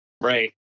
Right